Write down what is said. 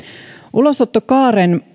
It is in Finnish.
ulosottokaaren